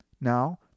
Now